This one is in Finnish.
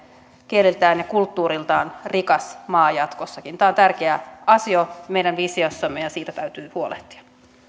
kieliltään ja kulttuuriltaan rikas maa jatkossakin tämä on tärkeä asia meidän visiossamme ja siitä täytyy huolehtia